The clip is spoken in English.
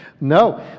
No